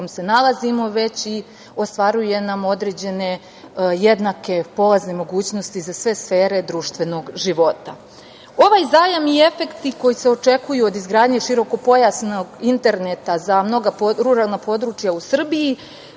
već i ostvaruje nam određene jednake polazne mogućnosti za sve sfere društvenog života. Ovaj zajam i efekti koje se očekuju od izgradnje širokopojasnog interneta za mnoga ruralna područja u Srbiji